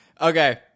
Okay